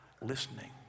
listening